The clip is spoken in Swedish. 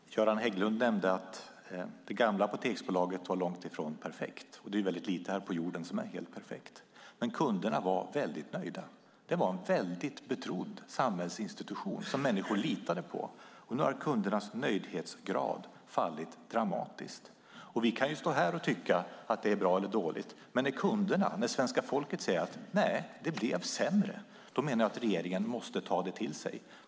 Herr talman! Göran Hägglund nämnde att det gamla apoteksbolaget var långt ifrån perfekt. Det är väldigt lite här på jorden som är helt perfekt. Men kunderna var nöjda. Det var en betrodd samhällsinstitution som människor litade på. Nu har kundernas nöjdhetsgrad fallit dramatiskt. Vi kan stå här och tycka att det är bra eller dåligt, men när kunderna, svenska folket, säger att det blev sämre menar jag att regeringen måste ta det till sig.